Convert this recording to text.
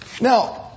Now